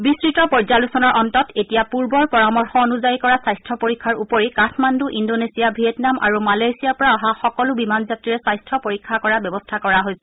বিস্তত পৰ্যালোচনাৰ অন্তত এতিয়া পূৰ্বৰ পৰামৰ্শ অনুযায়ী কৰা স্বাস্থ্য পৰীক্ষাৰ উপৰি কাঠমাণ্ড ইন্দোনেছিয়া ভিয়েটনাম আৰু মালয়েছিয়াৰ পৰা অহা সকলো বিমান যাত্ৰীৰে স্বাস্থ্য পৰীক্ষা কৰাৰ ব্যৱস্থা কৰা হৈছে